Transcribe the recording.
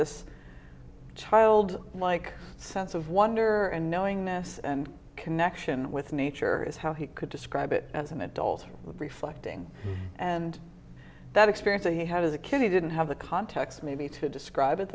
this child like sense of wonder and knowingness and connection with nature is how he could describe it as an adult reflecting and that experience that he had as a kid he didn't have the context maybe to describe at